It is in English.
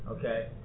Okay